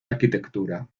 arquitectura